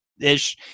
ish